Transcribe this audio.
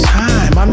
time